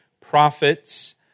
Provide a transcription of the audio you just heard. prophets